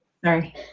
Sorry